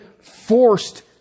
forced